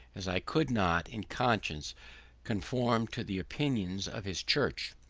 as i could not in conscience conform to the opinions of his church.